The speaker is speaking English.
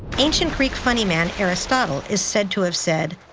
ancient greek funnyman aristotle is said to have said,